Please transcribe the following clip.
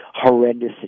horrendous